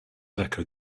echoed